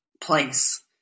place